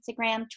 Instagram